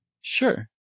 Sure